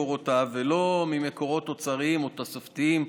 ממקורותיו ולא ממקורות תוצריים או תוספתיים,